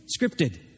scripted